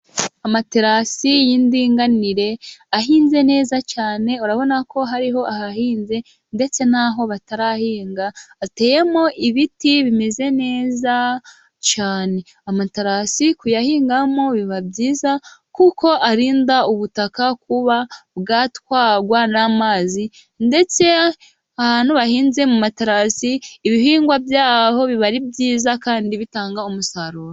Amaterasi y'indinganire ahinze neza cyane, urabona ko hariho ahahinze ndetse n'aho batarahinga, hateyemo ibiti bimeze neza cyane, amaterasi kuyahingamo biba byiza, kuko arinda ubutaka kuba bwatwarwa n'amazi ndetse ahantu bahinze mu materasi ibihingwa byaho, biba ari byiza kandi bitanga umusaruro.